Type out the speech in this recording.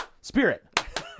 Spirit